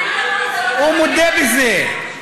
הוא מודה בזה.